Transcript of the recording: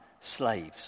slaves